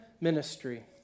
ministry